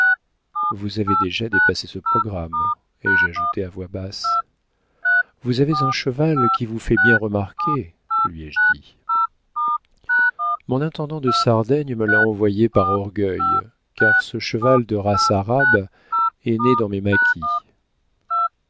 vous avez déjà dépassé ce programme ai-je ajouté à voix basse vous avez un cheval qui vous fait bien remarquer lui ai-je dit mon intendant de sardaigne me l'a envoyé par orgueil car ce cheval de race arabe est né dans mes macchis